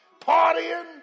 partying